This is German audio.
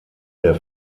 der